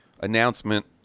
announcement